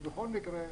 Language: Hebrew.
בכל מקרה,